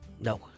No